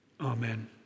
Amen